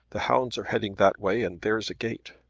the hounds are heading that way, and there's a gate.